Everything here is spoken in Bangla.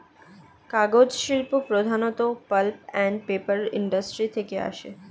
কাগজ শিল্প প্রধানত পাল্প অ্যান্ড পেপার ইন্ডাস্ট্রি থেকে আসে